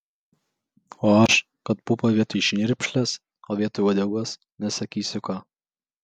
o aš kad pupą vietoj šnirpšlės o vietoj uodegos nesakysiu ką